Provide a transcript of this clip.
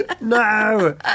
No